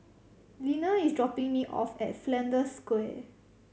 Linnea is dropping me off at Flanders Square